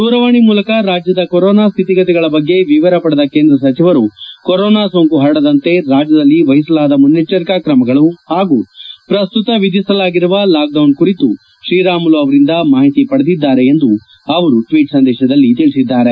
ದೂರವಾಣಿ ಮೂಲಕ ರಾಜ್ಯದ ಕೊರೊನಾ ಸ್ಹಿತಿಗತಿಗಳ ಬಗ್ಗೆ ವಿವರ ಪಡೆದ ಕೇಂದ್ರ ಸಚಿವರು ಕೊರೊನಾ ಸೋಂಕು ಪರಡದಂತೆ ರಾಜ್ಯದಲ್ಲಿ ವಹಿಸಲಾದ ಮುನ್ನೆಚ್ಚರಿಕಾ ಕ್ರಮಗಳು ಹಾಗೂ ಪ್ರಸ್ತುತ ವಿಧಿಸಲಾಗಿರುವ ಲಾಕ್ಡೌನ್ ಕುರಿತು ತ್ರೀರಾಮುಲು ಅವರಿಂದ ಮಾಹಿತಿ ಪಡೆದಿದ್ದಾರೆ ಎಂದು ಟ್ನೀಟ್ ಸಂದೇಶದಲ್ಲಿ ತಿಳಿಸಲಾಗಿದೆ